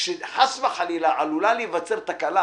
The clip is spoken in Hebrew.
כשחס וחלילה עלולה להיווצר תקלה,